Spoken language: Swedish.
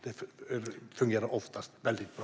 Det fungerar oftast väldigt bra.